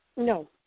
No